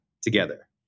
together